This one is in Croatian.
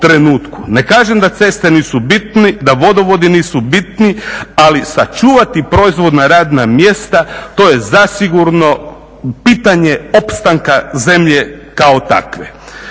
Ne kažem da ceste nisu bitne, da vodovodi nisu bitni, ali sačuvati proizvodna radna mjesta to je zasigurno pitanje opstanka zemlje kao takve.